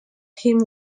him